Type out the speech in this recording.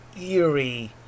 eerie